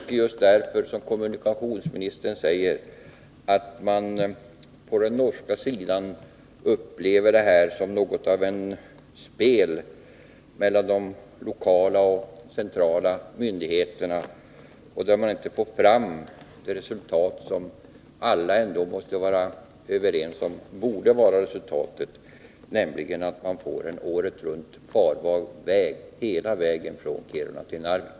Det är kanske därför som kommunikationsministern säger att man på den norska sidan upplever det här som något av ett spel mellan de lokala och de centrala myndigheterna, där man inte får fram det som alla ändå måste vara överens om borde vara resultatet, nämligen en året runt farbar väg hela sträckan från Kiruna till Narvik.